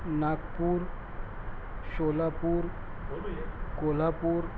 Nagpur Sholapur کولہا پور